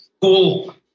Cool